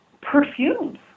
perfumes